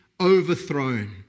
overthrown